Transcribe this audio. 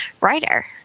writer